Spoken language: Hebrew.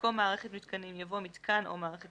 במקום "מערכת מיתקנים" יבוא "מתקן או מערכת